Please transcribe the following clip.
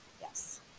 Yes